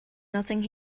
nothing